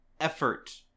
effort